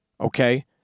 okay